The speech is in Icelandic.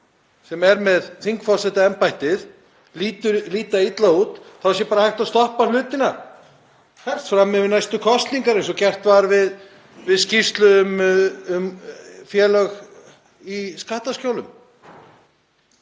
sem er með þingforsetaembættið líta illa út þá sé bara hægt að stoppa hlutina, helst fram yfir næstu kosningar eins og gert var við skýrslu um félög í skattaskjólum?